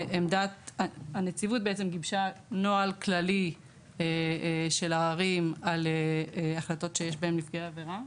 הנציבות גיבשה נוהל כללי של עררים על החלטות שיש בהן נפגעי עבירה.